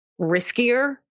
riskier